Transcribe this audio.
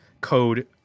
code